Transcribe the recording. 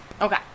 Okay